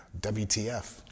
WTF